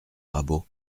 rabault